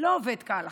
לא עובד כהלכה.